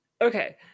okay